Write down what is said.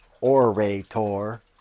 orator